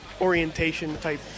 orientation-type